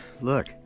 look